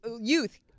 Youth